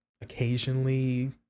occasionally